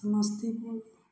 Samastipur